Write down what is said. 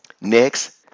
next